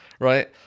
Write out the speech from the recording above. right